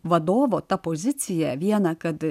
vadovo ta pozicija viena kad